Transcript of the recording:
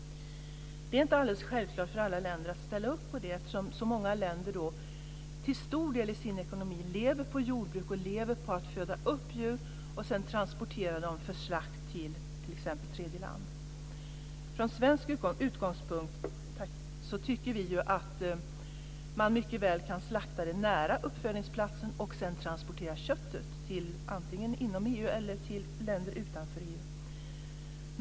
Det är inte alldeles självklart för alla länder att ställa upp på det, eftersom så många länder till stor del bygger sin ekonomi på och lever på jordbruk och på att föda upp djur och sedan transportera dem till t.ex. tredje land för slakt. Från svensk utgångspunkt tycker vi att man mycket väl kan slakta nära uppfödningsplatsen och sedan transportera köttet antingen inom EU eller till länder utanför EU.